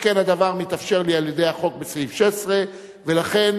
שכן הדבר מתאפשר לי על-ידי החוק בסעיף 16. לכן